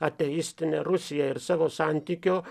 ateistinė rusija ir savo santykiu